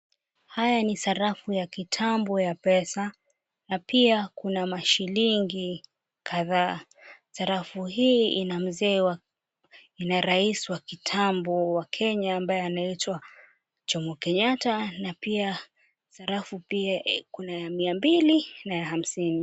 Haya ni sarafu ya kitambo ya pesa na pia kuna mashilingi kadhaa. Sarafu hii ina mzee, ina rais wa kitambo wa Kenya ambaye anaitwa Jomo Kenyatta, na pia sarafu pia kuna ya mia mbili na ya hamsini.